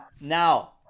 Now